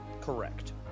correct